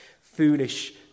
foolish